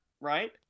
right